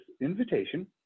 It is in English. invitation